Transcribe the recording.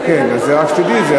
כן, רק שתדעי את זה.